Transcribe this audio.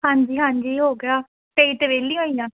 ਹਾਂਜੀ ਹਾਂਜੀ ਹੋ ਗਿਆ ਤਾਂ ਹੀ ਤਾਂ ਵਿਹਲੀ ਹੋਈ ਹਾਂ